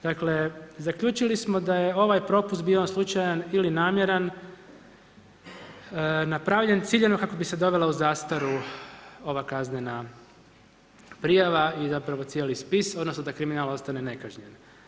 Dakle, zaključili smo da je ovaj propust, bio on u ovom slučaju ili namjeran, napravljen ciljano kako bi se dovela u zastaru ova kaznena prijava i zapravo cijeli spis, odnosno, da kriminal ostane nekažnjen.